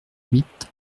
huit